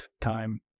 time